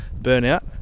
burnout